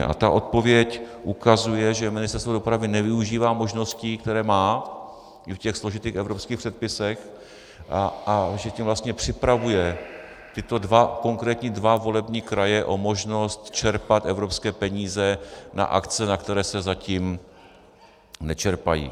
A ta odpověď ukazuje, že Ministerstvo dopravy nevyužívá možností, které má i v těch složitých evropských předpisech, a že tím vlastně připravuje tyto konkrétní dva volební kraje o možnost čerpat evropské peníze na akce, na které se zatím nečerpají.